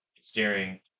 steering